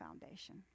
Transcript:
foundation